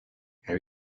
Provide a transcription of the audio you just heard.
have